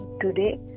today